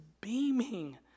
beaming